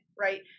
right